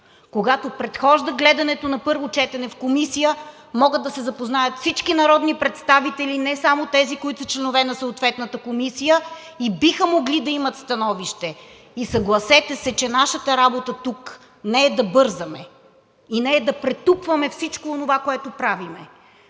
Когато предхожда гледането на първо четене в комисията, то могат да се запознаят всички народни представители, а не само тези, които са членове на съответната комисия и биха могли да имат становище. Съгласете се, че нашата работа тук не е да бързаме и не е да претупваме всичко онова, което правим.